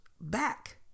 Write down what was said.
back